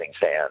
fans